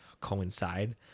coincide